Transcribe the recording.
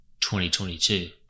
2022